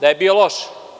da je bio loš.